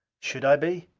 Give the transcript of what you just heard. should i be?